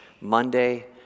Monday